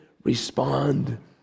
respond